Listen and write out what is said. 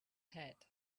had